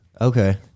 Okay